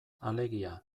alegia